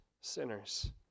sinners